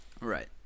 Right